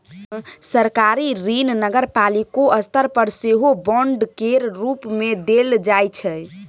सरकारी ऋण नगरपालिको स्तर पर सेहो बांड केर रूप मे देल जाइ छै